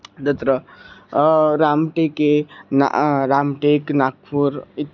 तत्र राम्टेके ना राम्टेक् नाग्पूर् इति